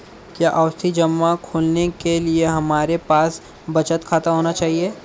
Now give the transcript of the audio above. क्या आवर्ती जमा खोलने के लिए हमारे पास बचत खाता होना चाहिए?